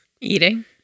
Eating